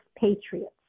Patriots